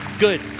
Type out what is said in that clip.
good